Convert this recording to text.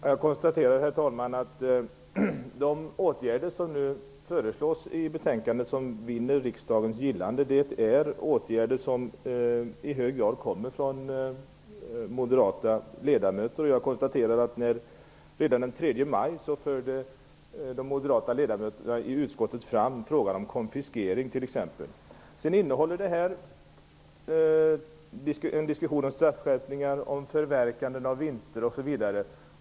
Herr talman! Jag konstaterar att de åtgärder som föreslås i betänkandet och som vinner riksdagens gillande är förslag om åtgärder som i hög grad kommer från moderata ledamöter. Jag konstaterar att de moderata ledamöterna i utskottet redan den 3 maj förde fram frågan om t.ex. konfiskering. Det pågår en diskussion om straffskärpning, om förverkande av vinster osv.